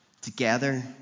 Together